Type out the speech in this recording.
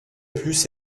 plus